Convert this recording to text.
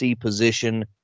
position